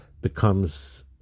becomes